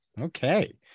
Okay